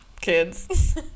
kids